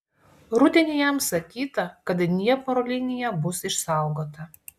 rudenį jam sakyta kad dniepro linija bus išsaugota